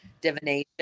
divination